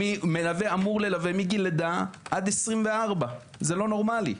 הוא אמור ללווה מגיל לידה עד 24, זה לא נורמלי.